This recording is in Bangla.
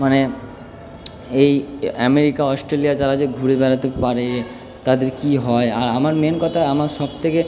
মানে এই অ্যামেরিকা অস্ট্রেলিয়া তারা যে ঘুরে বেরাতে পারে তাদের কী হয় আর আমার মেন কথা আমার সব থেকে